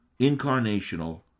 incarnational